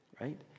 right